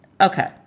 Okay